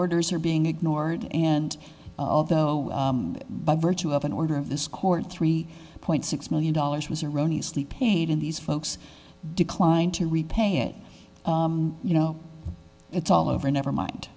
orders are being ignored and although by virtue of an order of this court three point six million dollars was erroneous the paid in these folks declined to repay it you know it's all over never mind